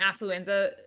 affluenza-